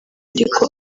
ariko